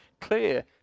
clear